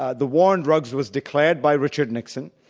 ah the war on drugs was declared by richard nixon,